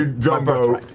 jumbo,